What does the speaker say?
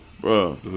bro